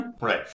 Right